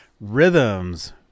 rhythms